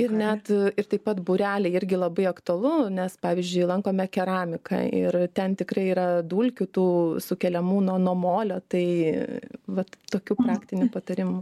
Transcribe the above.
ir net ir taip pat būreliai irgi labai aktualu nes pavyzdžiui lankome keramiką ir ten tikrai yra dulkių tų sukeliamų nuo namolio tai vat tokių praktinių patarimų